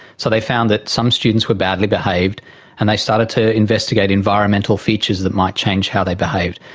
so they found that some students were badly behaved and they started to investigate environmental features that might change how they behaved.